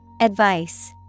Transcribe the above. Advice